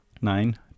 nine